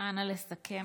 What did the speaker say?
נא לסכם.